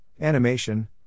animation